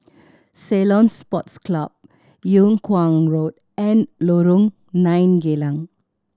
Ceylon Sports Club Yung Kuang Road and Lorong Nine Geylang